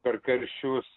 per karščius